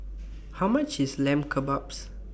How much IS Lamb Kebabs